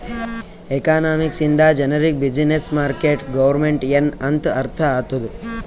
economics ಇಂದ ಜನರಿಗ್ business, market, government ಎನ್ ಅಂತ್ ಅರ್ಥ ಆತ್ತುದ್